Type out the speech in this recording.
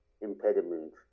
impediment